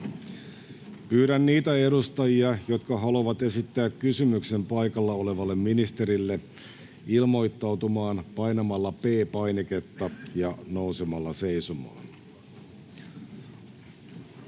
Pyydän niitä edustajia, jotka haluavat esittää kysymyksen paikalla olevalle ministerille, ilmoittautumaan painamalla P-painiketta ja nousemalla seisomaan.